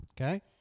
Okay